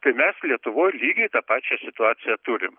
tai mes lietuvoj lygiai tą pačią situaciją turim